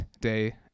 day